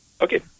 Okay